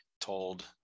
told